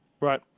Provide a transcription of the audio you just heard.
Right